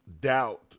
doubt